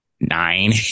Nine